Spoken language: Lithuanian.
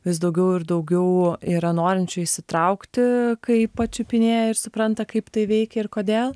vis daugiau ir daugiau yra norinčių įsitraukti kai pačiupinėja ir supranta kaip tai veikia ir kodėl